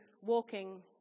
walking